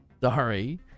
sorry